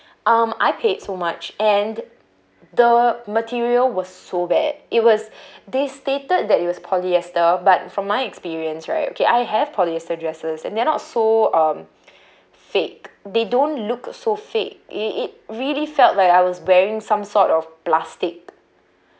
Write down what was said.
um I paid so much and the material was so bad it was they stated that it was polyester but from my experience right okay I have polyester dresses and they're not so um fake they don't look so fake it it really felt like I was wearing some sort of plastic